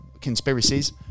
conspiracies